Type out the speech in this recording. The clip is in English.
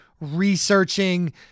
researching